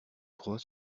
trois